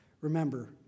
Remember